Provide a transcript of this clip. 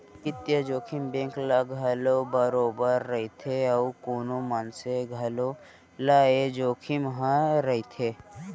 बित्तीय जोखिम बेंक ल घलौ बरोबर रइथे अउ कोनो मनसे घलौ ल ए जोखिम ह रइथे